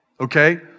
Okay